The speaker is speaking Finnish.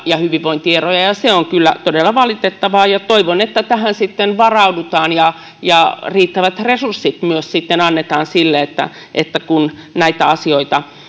ja hyvinvointieroja se on kyllä todella valitettavaa ja toivon että tähän sitten varaudutaan ja ja riittävät resurssit myös sitten annetaan siihen että näitä asioita